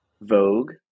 Vogue